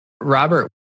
Robert